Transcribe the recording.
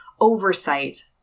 oversight